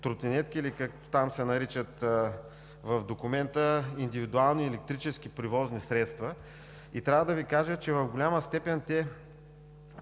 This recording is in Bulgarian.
тротинетки или както там се наричат в документа – индивидуални електрически превозни средства. Трябва да Ви кажа, че в голяма степен те